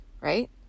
right